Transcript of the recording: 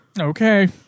Okay